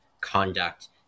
conduct